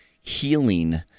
healing